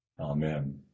Amen